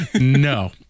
No